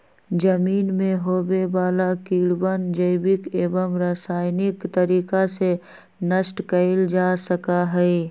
जमीन में होवे वाला कीड़वन जैविक एवं रसायनिक तरीका से नष्ट कइल जा सका हई